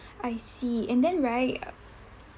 I see and then right